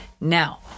now